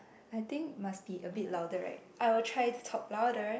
I think must be a bit louder right I will try to talk louder